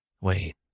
wait